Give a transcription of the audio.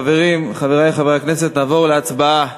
חברי חברי הכנסת, נעבור להצבעה.